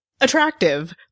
attractive